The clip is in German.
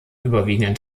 überwiegenden